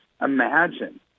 imagine